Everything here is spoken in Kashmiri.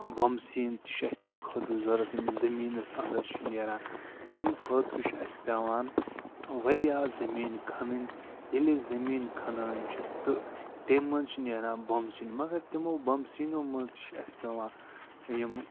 بومسیٖن تہِ چھِ اَسہِ تَمہِ خٲطرٕ ضوٚرَتھ یم زمیٖنَس اَندَر چھِ نیران تَمہِ خٲطرٕ چھِ اَسہِ پٮ۪وان واریاہ زمیٖن کھَنٕنۍ ییٚلہِ زمیٖن کھَنان چھِ تہٕ تَمہِ منٛز چھِ نیران بومسِنہِ مگر تِمو بومسِنیو منٛز تہِ چھِ اَسہِ پٮ۪وان یِم